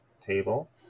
table